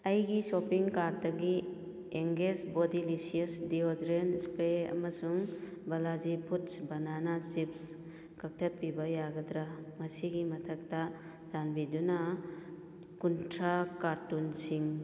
ꯑꯩꯒꯤ ꯁꯣꯄꯤꯡ ꯀꯥꯔꯠꯇꯥꯒꯤ Engage Bodylicious deodorant spray ꯑꯃꯁꯨꯡ ꯕꯂꯥꯖꯤ ꯄꯨꯠꯁ ꯕꯅꯥꯅꯥ ꯆꯤꯞꯁ ꯀꯛꯊꯠꯄꯤꯕ ꯌꯥꯒꯗ꯭ꯔ ꯑꯁꯤꯒꯤ ꯃꯊꯛꯇ ꯆꯟꯕꯤꯗꯨꯅ ꯀꯨꯟꯊ꯭ꯔꯥ ꯀꯥꯔꯇꯨꯟ ꯁꯤꯡ